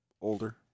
older